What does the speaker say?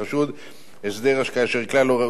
הסדר כאשר כלל לא ראוי להעמידו לדין.